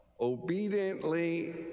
obediently